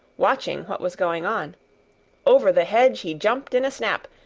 watching what was going on over the hedge he jumped in a snap,